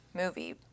movie